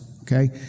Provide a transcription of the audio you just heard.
okay